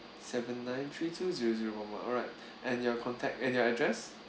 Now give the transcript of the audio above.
seven nine three two zero zero one one alright and your contact and your address